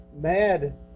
mad